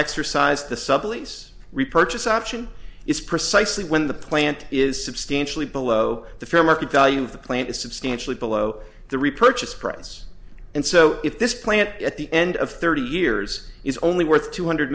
exercise the sublease repurchase option is precisely when the plant is substantially below the fair market value of the plant is substantially below the repurchase price and so if this plant at the end of thirty years is only worth two hundred